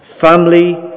family